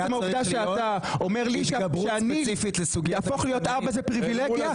עצם העובדה שאתה אומר לי שזה שאני אהפוך להיות אבא את פריבילגיה,